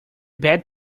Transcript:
bad